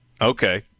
Okay